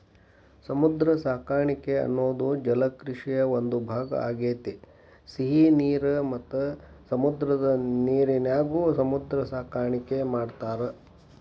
ಸಮುದ್ರ ಸಾಕಾಣಿಕೆ ಅನ್ನೋದು ಜಲಕೃಷಿಯ ಒಂದ್ ಭಾಗ ಆಗೇತಿ, ಸಿಹಿ ನೇರ ಮತ್ತ ಸಮುದ್ರದ ನೇರಿನ್ಯಾಗು ಸಮುದ್ರ ಸಾಕಾಣಿಕೆ ಮಾಡ್ತಾರ